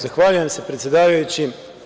Zahvaljujem se, predsedavajući.